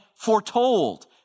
foretold